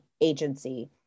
agency